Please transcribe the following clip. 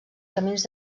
camins